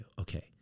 okay